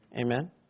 Amen